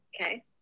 okay